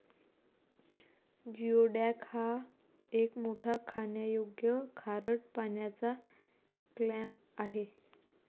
geoduck हा एक मोठा खाण्यायोग्य खारट पाण्याचा क्लॅम आहे